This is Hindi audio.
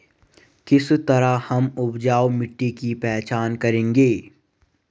किस तरह हम उपजाऊ मिट्टी की पहचान करेंगे?